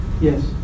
Yes